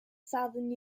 southern